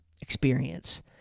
experience